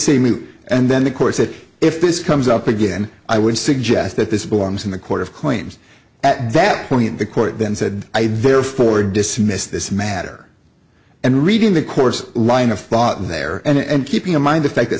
see me and then the court said if this comes up again i would suggest that this belongs in the court of claims at that point the court then said i therefore dismissed this matter and reading the course line of thought in there and keeping in mind the fact that